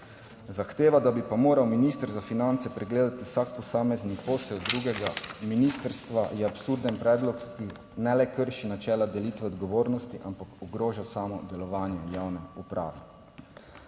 Zahteva, da bi pa moral minister za finance pregledati vsak posamezen posel drugega ministrstva, je absurden predlog, ki ne le krši načela delitve odgovornosti, ampak ogroža samo delovanje javne uprave.